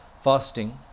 fasting